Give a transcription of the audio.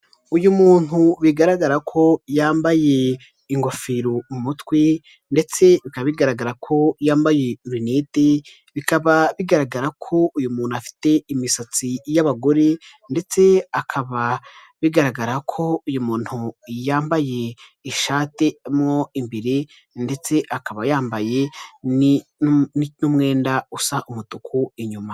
Uyu muntu bigaragara ko yambaye ingofero mu mutwe ndetse bikaba bigaragara ko yambaye rinete, bikaba bigaragara ko uyu muntu afite imisatsi y'abagore ndetse akaba bigaragara ko uyu muntu yambaye ishati mo imbere ndetse akaba yambaye n'umwenda usa umutuku inyuma.